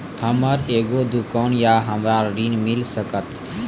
हमर एगो दुकान या हमरा ऋण मिल सकत?